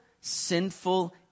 sinful